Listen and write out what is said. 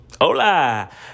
hola